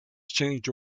changed